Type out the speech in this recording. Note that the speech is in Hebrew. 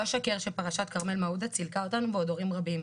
לא אשקר שפרשת כרמל מעודה צילקה אותנו ועוד הורים רבים.